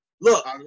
Look